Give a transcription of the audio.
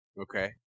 okay